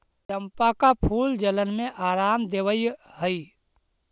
चंपा का फूल जलन में आराम देवअ हई